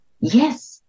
Yes